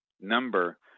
number